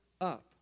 up